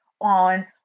on